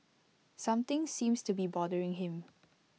something seems to be bothering him